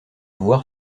voire